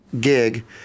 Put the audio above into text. gig